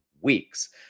weeks